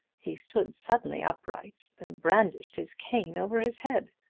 he stood suddenly upright and brandished his cane over his head.